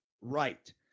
right